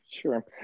Sure